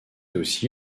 aussi